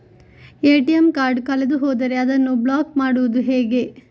ATM card ಕಳೆದು ಹೋದರೆ ಅದನ್ನು ಬ್ಲಾಕ್ ಮಾಡುವುದು ಹೇಗೆ?